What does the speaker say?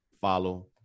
follow